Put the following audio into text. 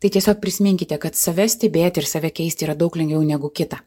tai tiesiog prisiminkite kad save stebėti ir save keisti yra daug lengviau negu kitą